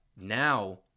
now